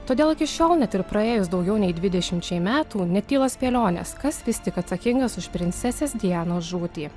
todėl iki šiol net ir praėjus daugiau nei dvidešimčiai metų netyla spėlionės kas vis tik atsakingas už princesės dianos žūtį